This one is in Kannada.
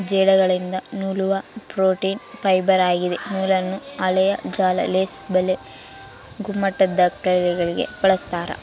ಜೇಡಗಳಿಂದ ನೂಲುವ ಪ್ರೋಟೀನ್ ಫೈಬರ್ ಆಗಿದೆ ನೂಲನ್ನು ಹಾಳೆಯ ಜಾಲ ಲೇಸ್ ಬಲೆ ಗುಮ್ಮಟದಬಲೆಗಳಿಗೆ ಬಳಸ್ತಾರ